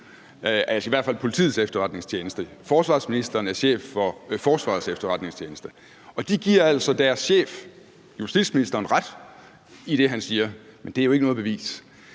altså i hvert fald Politiets Efterretningstjeneste, og forsvarsministeren er chef for Forsvarets Efterretningstjeneste – og de giver altså deres chef, justitsministeren, ret i det, han siger. Men det er jo ikke noget bevis.